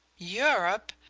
europe?